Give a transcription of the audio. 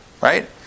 Right